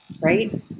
right